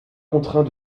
contraint